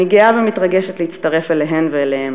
אני גאה ומתרגשת להצטרף אליהן ואליהם.